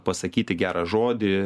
pasakyti gerą žodį